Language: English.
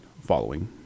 following